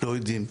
לא יודעים.